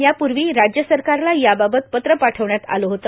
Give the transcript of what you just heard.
यापूर्वी राज्य सरकारला याबाबत पत्र पाठविण्यात आलं होत